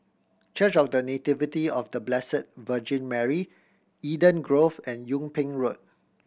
Church of The Nativity of The Blessed Virgin Mary Eden Grove and Yung Ping Road